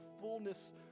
fullness